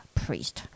priest